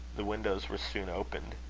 the windows were soon opened.